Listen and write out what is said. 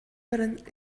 баран